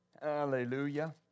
Hallelujah